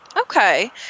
Okay